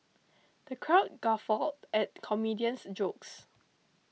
the crowd guffawed at the comedian's jokes